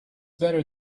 better